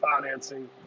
financing